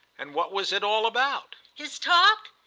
and what was it all about? his talk?